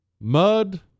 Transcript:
Mud